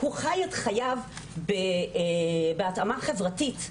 הוא חי את חייו בהתאמה חברתית,